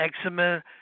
eczema